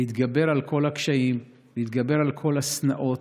להתגבר על כל הקשיים, להתגבר על כל השנאות,